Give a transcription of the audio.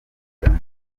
kagame